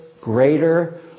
greater